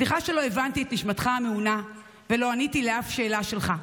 סליחה שלא הבנתי את נשמתך המעונה ולא עניתי לאף שאלה שלך.